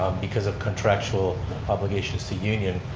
because of contractual obligations to union,